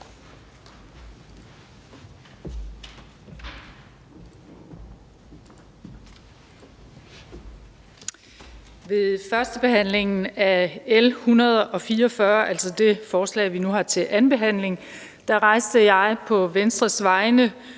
Ved førstebehandlingen af L 144, altså det forslag, vi nu har til andenbehandling, rejste jeg på Venstres vegne